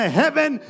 heaven